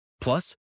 Plus